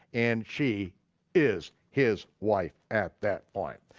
and she is his wife at that point.